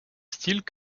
style